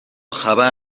خبر